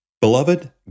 Beloved